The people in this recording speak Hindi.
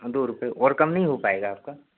दो रुपये और कम नहीं हो पाएगा आपका